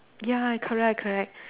ya correct correct